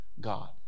God